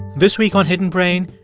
this week on hidden brain,